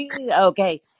Okay